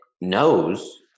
knows